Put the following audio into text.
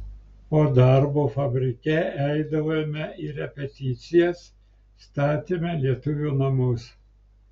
po darbo fabrike eidavome į repeticijas statėme lietuvių namus